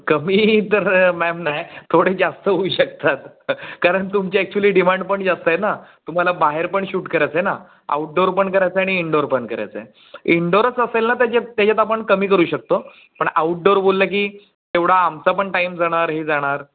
कमी तर मॅम नाही थोडे जास्त होऊ शकतात कारण तुमची अक्चुअली डिमांड पण जास्त आहे ना तुम्हाला बाहेर पण शूट करायचं आहे ना आऊटडोअर पण करायचं आहे आणि इनडोअर पण करायचं आहे इनडोअरच असेल ना तर त्याचे त्याच्यात आपण कमी करू शकतो पण आऊटडोअर बोलले की तेवढा आमचा पण टाइम जाणार हे जाणार